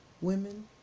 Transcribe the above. Women